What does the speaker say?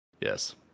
Yes